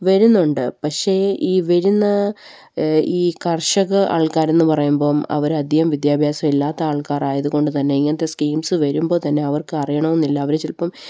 വരുന്നുണ്ട് പക്ഷേ ഈ വരുന്ന ഈ കർഷക ആൾക്കാരെന്ന് പറയുമ്പോള് അവരധികം വിദ്യാഭ്യാസമില്ലാത്ത ആൾക്കാരായതുകൊണ്ട് തന്നെ ഇങ്ങനത്തെ സ്കീംസ് വരുമ്പോള്ത്തന്നെ അവർക്ക് അറിയണമെന്നില്ല അവര് ചിലപ്പം